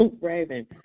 Raven